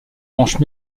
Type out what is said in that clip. branche